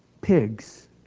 pigs